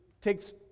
takes